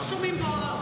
לא שומעים פה.